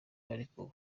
barekuwe